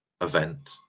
event